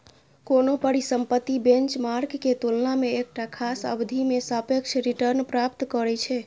कोनो परिसंपत्ति बेंचमार्क के तुलना मे एकटा खास अवधि मे सापेक्ष रिटर्न प्राप्त करै छै